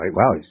wow